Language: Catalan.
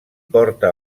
porta